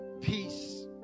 Peace